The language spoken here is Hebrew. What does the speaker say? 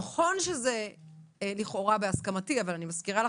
נכון שזה לכאורה בהסכמתי, אבל אני מזכירה לך